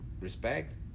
Respect